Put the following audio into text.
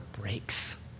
breaks